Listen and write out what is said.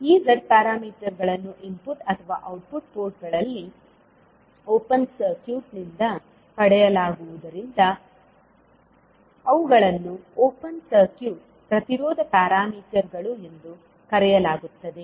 ಈ z ಪ್ಯಾರಾಮೀಟರ್ಗಳನ್ನು input ಅಥವಾ ಔಟ್ಪುಟ್ ಪೋರ್ಟ್ಗಳಲ್ಲಿ ಓಪನ್ ಸರ್ಕ್ಯೂಟ್ನಿಂದ ಪಡೆಯಲಾಗಿರುವುದರಿಂದ ಅವುಗಳನ್ನು ಓಪನ್ ಸರ್ಕ್ಯೂಟ್ ಪ್ರತಿರೋಧ ಪ್ಯಾರಾಮೀಟರ್ಗಳು ಎಂದೂ ಕರೆಯಲಾಗುತ್ತದೆ